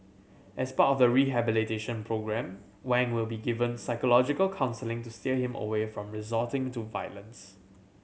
as part of the rehabilitation programme Wang will be given psychological counselling to steer him away from resorting to violence